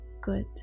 good